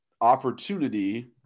opportunity